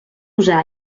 usar